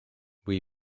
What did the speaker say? või